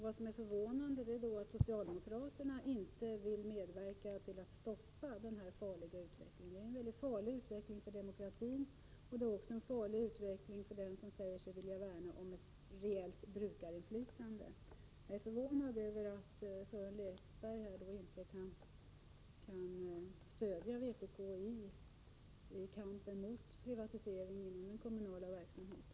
Vad som är förvånande är att socialdemokraterna inte vill medverka till att stoppa denna farliga utveckling. Det är en mycket farlig utveckling för demokratin och för den som säger sig värna om ett reellt brukarinflytande. Jag är förvånad över att Sören Lekberg inte kan stödja vpk i kampen mot privatiseringen av den kommunala verksamheten.